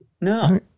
No